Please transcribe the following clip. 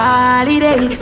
Holiday